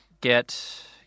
get